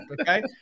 Okay